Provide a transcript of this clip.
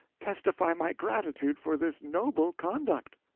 testify my gratitude for this noble conduct!